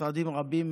ומשרדים רבים